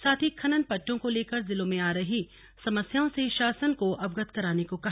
साथ ही खनन पट्टों को लेकर जिलों में आ रही समस्याओं से शासन को अवगत कराने को कहा